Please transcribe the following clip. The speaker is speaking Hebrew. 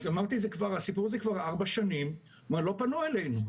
אז אמרתי לכל השואל שהסיפור הזה כבר ארבע שנים אבל לא פנו אלינו.